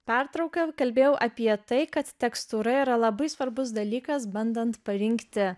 pertrauką kalbėjau apie tai kad tekstūra yra labai svarbus dalykas bandant parinkti